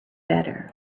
better